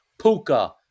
Puka